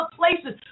places